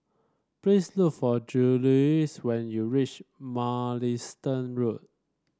please look for Juluis when you reach Mugliston Road